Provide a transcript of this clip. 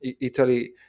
Italy